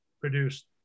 produced